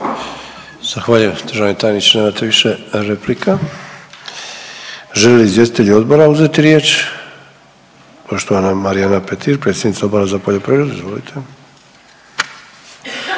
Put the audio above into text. Zahvaljujem državni tajniče. Nemate više replika. Žele li izvjestitelji odbora uzeti riječ? Poštovana Marijana Petir, predsjednica Odbora za poljoprivredu. Izvolite.